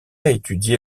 étudié